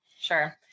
Sure